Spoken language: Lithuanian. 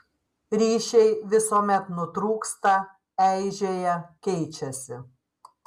ryšiai visuomet nutrūksta eižėja keičiasi